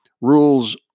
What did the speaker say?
Rules